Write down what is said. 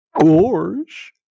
Gorge